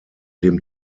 dem